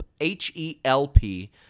H-E-L-P